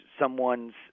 someone's